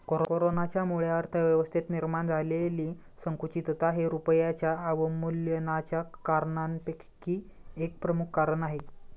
कोरोनाच्यामुळे अर्थव्यवस्थेत निर्माण झालेली संकुचितता हे रुपयाच्या अवमूल्यनाच्या कारणांपैकी एक प्रमुख कारण आहे